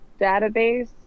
database